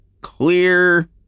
clear